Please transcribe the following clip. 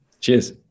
Cheers